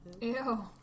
Ew